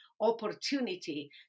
opportunity